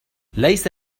ليس